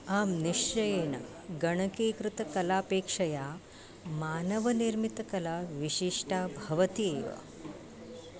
आं निश्चयेन गणकीकृतकलापेक्षया मानवनिर्मितकला विशिष्टा भवति एव